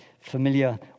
familiar